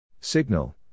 Signal